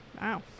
Wow